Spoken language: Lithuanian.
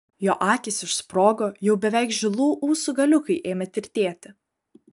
jo akys išsprogo jau beveik žilų ūsų galiukai ėmė tirtėti